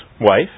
wife